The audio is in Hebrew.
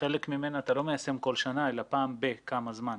חלק ממנה אתה לא מיישם כל שנה אלא פעם בזמן מה.